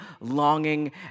longing